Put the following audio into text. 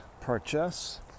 purchase